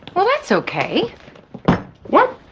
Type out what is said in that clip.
well, that's ok what?